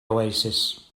oasis